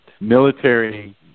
military